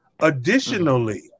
Additionally